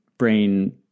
brain